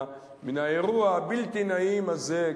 מן האירוע הבלתי נעים הזה,